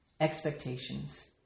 expectations